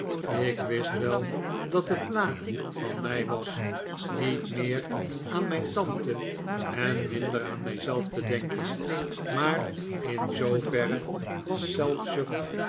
ik wist wel dat het laag van mij was niet meer aan mijn tante en minder aan mij zelf te denken maar in zooverre was